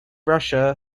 russia